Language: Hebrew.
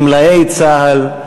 גמלאי צה"ל,